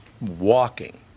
walking